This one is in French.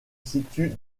situe